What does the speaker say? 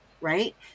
right